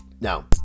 now